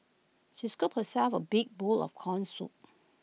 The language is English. she scooped herself A big bowl of Corn Soup